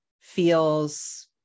feels